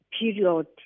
period